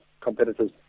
competitors